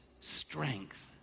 strength